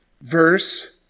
verse